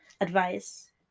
advice